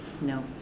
No